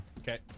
Okay